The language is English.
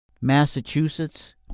Massachusetts